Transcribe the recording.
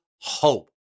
hope